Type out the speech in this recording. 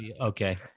okay